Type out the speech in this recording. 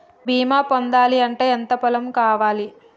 బీమా పొందాలి అంటే ఎంత పొలం కావాలి?